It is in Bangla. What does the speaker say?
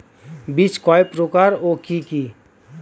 বীজ কয় প্রকার ও কি কি?